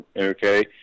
okay